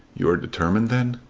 you are determined then?